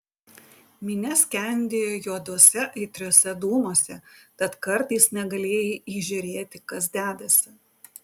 minia skendėjo juoduose aitriuose dūmuose tad kartais negalėjai įžiūrėti kas dedasi